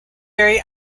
very